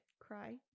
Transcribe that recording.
Cry